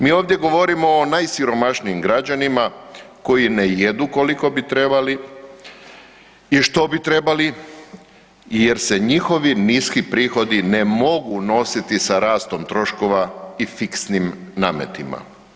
Mi ovdje govorimo o najsiromašnijim građanima koji ne jedu koliko bi trebali i što bi trebali, jer se njihovi niski prihodi ne mogu nositi sa rastom troškova i fiksnim nametima.